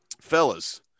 Fellas